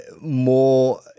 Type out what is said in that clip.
more